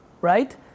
right